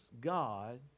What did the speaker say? God